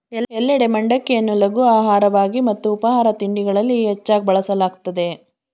ಎಲ್ಲೆಡೆ ಮಂಡಕ್ಕಿಯನ್ನು ಲಘು ಆಹಾರವಾಗಿ ಮತ್ತು ಉಪಾಹಾರ ತಿಂಡಿಗಳಲ್ಲಿ ಹೆಚ್ಚಾಗ್ ಬಳಸಲಾಗ್ತದೆ